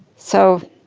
so